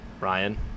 Ryan